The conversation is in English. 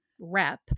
rep